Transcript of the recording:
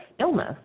illness